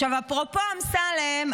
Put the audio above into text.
אפרופו אמסלם,